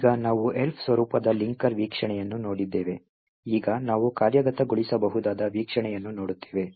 ಈಗ ನಾವು Elf ಸ್ವರೂಪದ ಲಿಂಕರ್ ವೀಕ್ಷಣೆಯನ್ನು ನೋಡಿದ್ದೇವೆ ಈಗ ನಾವು ಕಾರ್ಯಗತಗೊಳಿಸಬಹುದಾದ ವೀಕ್ಷಣೆಯನ್ನು ನೋಡುತ್ತೇವೆ